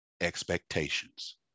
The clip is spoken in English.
expectations